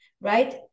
right